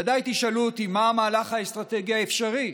ודאי תשאלו אותי מה המהלך האסטרטגי האפשרי.